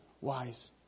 wise